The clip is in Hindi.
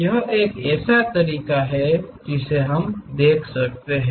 यह एक ऐसा तरीका है जिसे हम देख सकते हैं